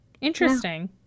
Interesting